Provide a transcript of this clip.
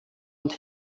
und